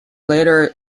later